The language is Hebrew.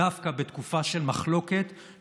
דווקא בתקופה של מחלוקת,